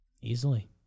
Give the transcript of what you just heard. Easily